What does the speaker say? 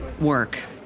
work